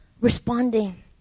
responding